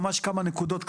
ממש כמה נקודות קצרות.